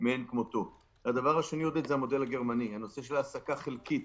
אני מדבר כמובן רק על העסקים שנפגעו,